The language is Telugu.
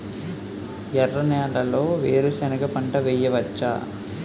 ఎర్ర నేలలో వేరుసెనగ పంట వెయ్యవచ్చా?